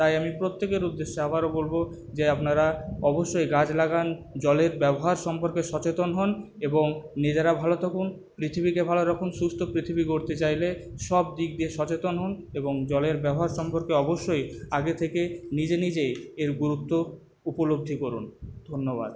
তাই আমি প্রত্যেকের উদ্দ্যেশে আবারো বলবো যে আপনারা অবশ্যই গাছ লাগান জলের ব্যবহার সম্পর্কে সচেতন হন এবং নিজেরা ভালো থাকুন পৃথিবীকে ভালোরাখুন সুস্থ পৃথিবী গড়তে চাইলে সব দিক দিয়ে সচেতন হন এবং জলের ব্যবহার সম্পর্কে অবশ্যই আগে থেকে নিজে নিজেই এর গুরুত্ব উপলব্ধি করুন ধন্যবাদ